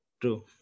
True